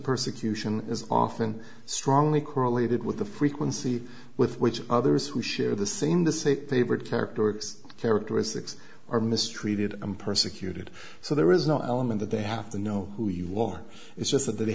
persecution is often strongly correlated with the frequency with which others who share the same the same paper characteristics characteristics are mistreated and persecuted so there is no element that they have to know who you war is just that they